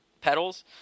pedals